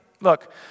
look